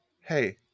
hey